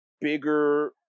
bigger